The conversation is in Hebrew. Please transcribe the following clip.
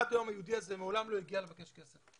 עד היום היהודי הזה מעולם לא הגיע לבקש כסף,